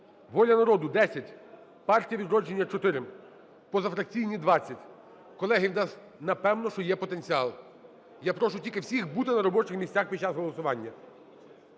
"Воля народу" – 10, "Партія "Відродження" – 4, позафракційні – 20. Колеги, у нас, напевно що, є потенціал. Я прошу тільки всіх бути на робочих місцях під час голосування.